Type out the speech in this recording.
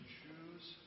choose